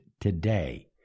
today